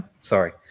Sorry